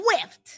swift